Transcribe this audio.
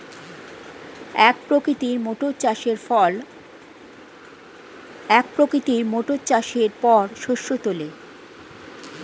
এক প্রকৃতির মোটর চাষের পর শস্য তোলে